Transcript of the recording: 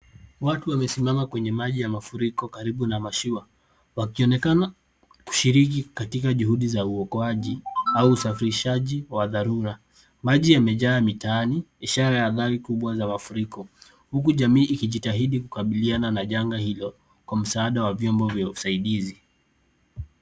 Watu wamesimama kwenye maji ya mafuriko karibu na mashua, wakionekana kushiriki katika juhudi za ukoaji au usafirishaji wa dharura. Maji yamejaa mitaani, ishara ya athari kubwa za mafuriko huku jamii ikijitahidi kukabiliana na janga hilo kwa msaada wa vyombo vya usaidizi.